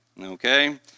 Okay